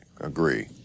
agree